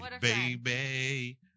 Baby